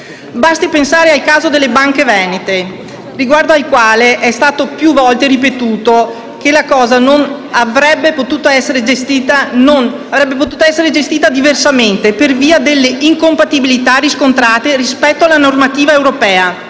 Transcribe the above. Basti pensare al caso delle banche venete, riguardo al quale è stato più volte ripetuto che la cosa non avrebbe potuto essere gestita diversamente per via delle incompatibilità riscontrate rispetto alla normativa europea